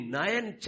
nine